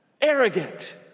Arrogant